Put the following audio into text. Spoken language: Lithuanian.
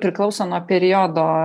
priklauso nuo periodo